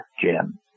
Jim